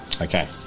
Okay